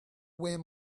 where